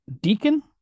Deacon